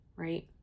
Right